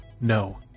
no